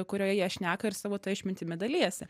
kurioj jie šneka ir savo ta išmintimi dalijasi